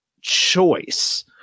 choice